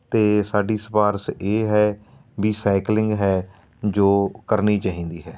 ਅਤੇ ਸਾਡੀ ਸਿਫਾਰਿਸ਼ ਇਹ ਹੈ ਵੀ ਸਾਈਕਲਿੰਗ ਹੈ ਜੋ ਕਰਨੀ ਚਾਹੀਦੀ ਹੈ